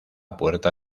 puerta